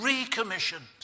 recommissioned